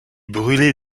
brûler